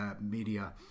media